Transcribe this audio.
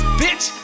bitch